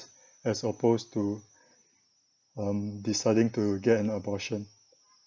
as oppose to um deciding to get an abortion